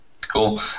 cool